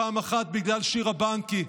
פעם אחת בגלל שירה בנקי,